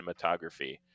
cinematography